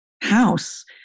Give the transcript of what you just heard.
house